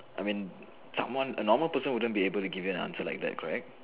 I mean someone a normal person wouldn't be able to give you an answer like that correct